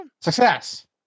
Success